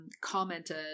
commented